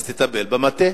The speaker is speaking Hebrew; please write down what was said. אז תטפל במטה.